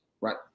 right